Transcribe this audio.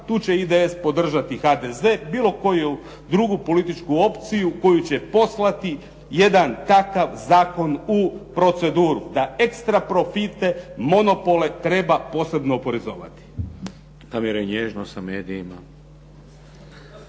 Tu će IDS podržati HDZ, bilo koju drugu političku opciju koju će poslati jedan takav zakon u proceduru, da ekstra profite, monopole treba posebno oporezovati. **Šeks, Vladimir